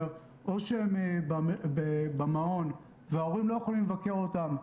שאו שהם במעון וההורים לא יכולים לבקר אותם,